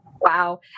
Wow